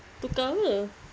tukar apa